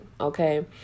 Okay